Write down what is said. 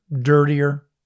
dirtier